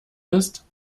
ist